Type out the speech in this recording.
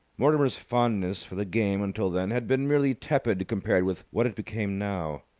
mortimer's fondness for the game until then had been merely tepid compared with what it became now.